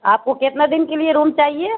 آپ کو کتنے دن کے لیے روم چاہیے